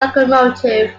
locomotive